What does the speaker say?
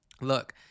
look